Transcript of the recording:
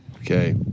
Okay